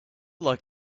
like